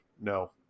No